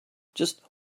just